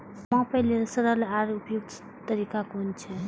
मापे लेल सरल आर उपयुक्त तरीका कुन छै?